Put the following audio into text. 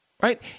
right